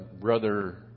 Brother